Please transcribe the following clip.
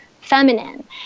feminine